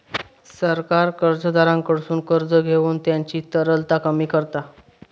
सरकार कर्जदाराकडसून कर्ज घेऊन त्यांची तरलता कमी करता